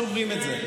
שומרים את זה.